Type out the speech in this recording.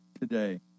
today